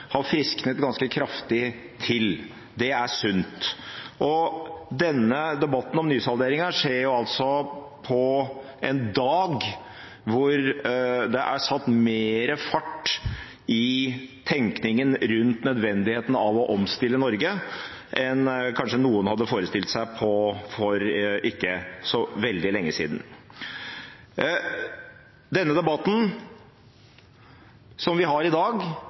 frisknet ganske kraftig til. Det er sunt. Og denne debatten om nysalderingen skjer på en dag det er satt mer fart i tenkningen rundt nødvendigheten av å omstille Norge enn kanskje noen hadde forestilt seg for ikke så veldig lenge siden. Denne debatten, som vi har i dag,